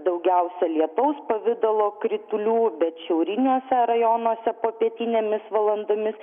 daugiausia lietaus pavidalo kritulių bet šiauriniuose rajonuose popietinėmis valandomis